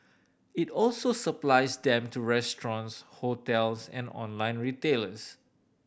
it also supplies them to restaurants hotels and online retailers